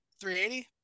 380